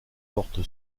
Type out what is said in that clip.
porte